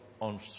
on